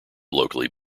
locally